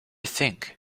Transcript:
think